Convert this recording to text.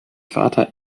vater